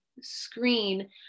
screen